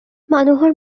মানুহৰ